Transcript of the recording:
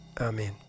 Amen